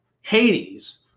Hades